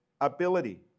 ability